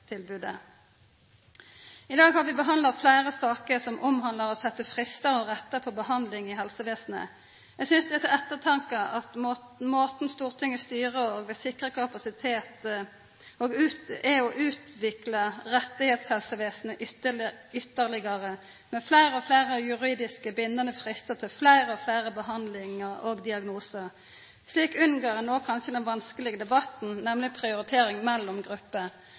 I dag har vi behandla fleire saker som omhandlar å setja fristar og rettar for behandling i helsevesenet. Eg synest det er til ettertanke at måten Stortinget styrer og vil sikra kapasitet på, er gjennom å utvikla rettshelsevesenet ytterlegare, med fleire og fleire juridisk bindande fristar til fleire og fleire behandlingar og diagnosar. Slik unngår ein òg kanskje den vanskelege debatten, nemleg prioritering mellom grupper.